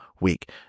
week